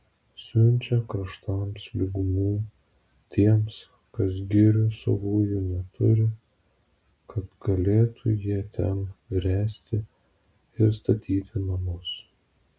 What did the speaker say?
siunčia kraštams lygumų tiems kas girių savųjų neturi kad galėtų jie ten ręsti ir statyti namus